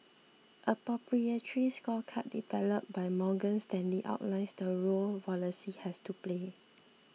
a proprietary scorecard developed by Morgan Stanley outlines the role policy has to play